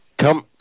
come